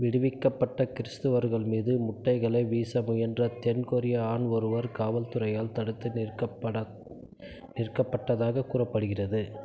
விடுவிக்கப்பட்ட கிறிஸ்தவர்கள் மீது முட்டைகளை வீச முயன்ற தென் கொரிய ஆண் ஒருவர் காவல்துறையால் தடுத்து நிற்கப்பட நிறுத்தப்பட்டதாக கூறப்படுகிறது